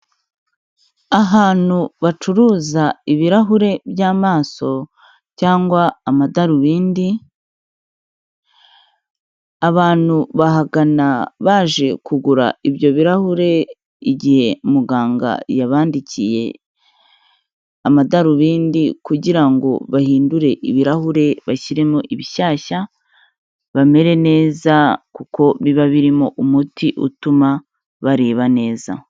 Ahantu bacuruza ibirahure by'amaso cyangwa amadarubindi, abantu bahagana baje kugura ibyo birahure igihe muganga yabandikiye amadarubindi kugira ngo bahindure ibirahure bashyiremo ibishyashya, bamere neza kuko biba birimo umuti utuma bareba neza.